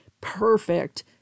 perfect